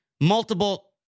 Multiple